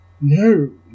No